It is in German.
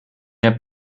mehr